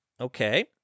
Okay